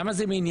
למה זה מעניינו?